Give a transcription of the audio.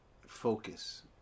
focus